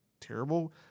Terrible